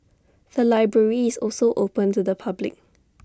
the library is also open to the public